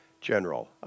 General